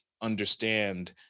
understand